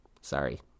Sorry